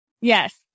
Yes